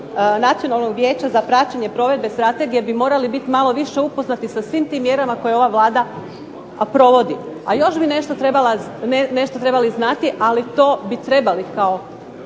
Nacionalnog vijeća za praćenje provedbe strategije bi morali biti malo više upoznati sa svim tim mjerama koje ova Vlada provodi. A još bi nešto trebali znati, ali to bi trebali kao